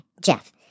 Jeff